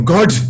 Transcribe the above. God